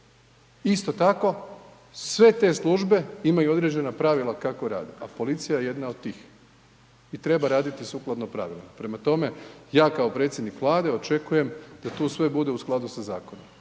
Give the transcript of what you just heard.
Isto tako, sve te službe imaju određena pravila kako rade a policija je jedna od tih i treba raditi sukladno pravilniku, prema tome, ja kao predsjednik Vlade očekujem da tu sve bude u skladu sa zakonom,